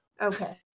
okay